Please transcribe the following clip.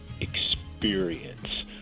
experience